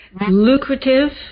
Lucrative